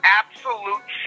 absolute